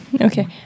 Okay